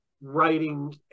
writing